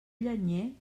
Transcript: llenyer